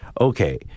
Okay